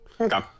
Okay